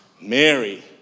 Mary